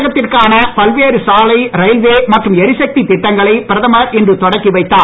தமிழகத்திற்கான பல்வேறு சாலை ரயில்வே மற்றும் எரிசக்தி திட்டங்களை பிரதமர் இன்று தொடக்கி வைத்தார்